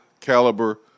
caliber